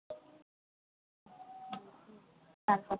আচ্ছা